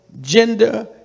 gender